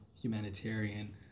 humanitarian